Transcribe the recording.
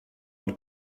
und